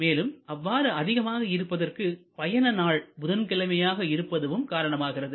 மேலும் அவ்வாறு அதிகமாக இருப்பதற்கு பயண நாள் புதன்கிழமையாக இருப்பதுவும் காரணமாகிறது